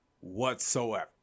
whatsoever